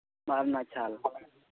ᱚᱱᱟ ᱨᱮᱱᱟᱜ ᱪᱷᱟᱞ